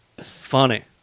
Funny